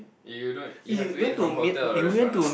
you don't you have to eat from hotel or restaurant ah